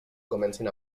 comencin